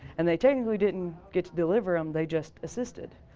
and they technically didn't get to deliver em they just assisted.